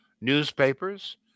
newspapers